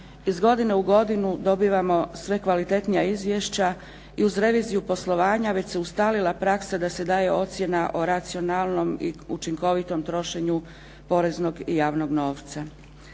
Iz godine u godinu dobivamo sve kvalitetnija izvješća i uz reviziju poslovanja već se ustalila praksa da se daje ocjena o racionalnim i učinkovitom trošenju poreznog i javnog novca.